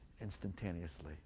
Instantaneously